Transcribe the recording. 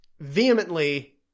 vehemently